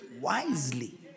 wisely